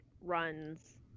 runs